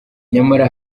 nyamara